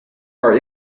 our